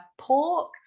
pork